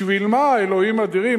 בשביל מה, אלוהים אדירים?